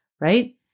right